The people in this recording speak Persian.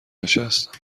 نشستم